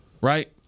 right